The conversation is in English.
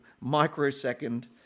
microsecond